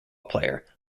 player